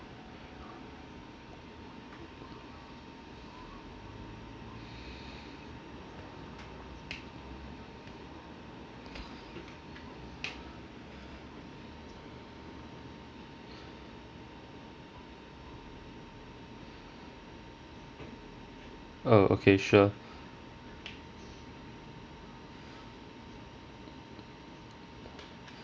oh okay sure